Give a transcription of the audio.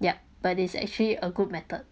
yup but it's actually a good method